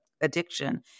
addiction